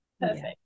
perfect